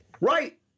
Right